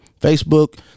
Facebook